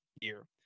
year